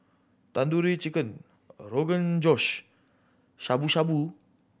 Tandoori Chicken Rogan Josh Shabu Shabu